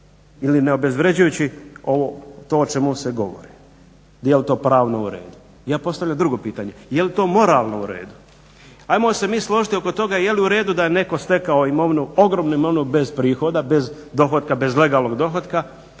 ili ne obezvređujući ovo, to o čemu se govori jel' to pravno u redu. Ja postavljam drugo pitanje jel' to moralno u redu? Hajmo se mi složiti oko toga je li u redu da je netko stekao imovinu, ogromnu imovinu bez prihoda, bez dohotka,